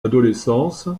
adolescence